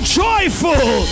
joyful